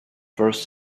first